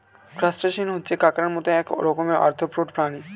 crustacean হচ্ছে কাঁকড়ার মত এক রকমের আর্থ্রোপড প্রাণী